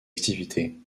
activités